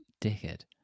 dickhead